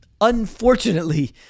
unfortunately